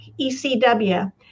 ECW